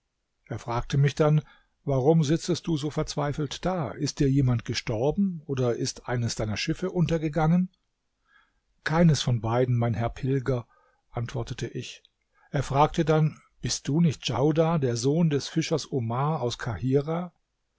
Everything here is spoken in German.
er fragte mich dann warum sitzest du so verzweifelt da ist dir jemand gestorben oder ist eines deiner schiffe untergegangen keines von beiden mein herr pilger antwortet ich er fragte dann bist du nicht djaudar der sohn des fischers omar aus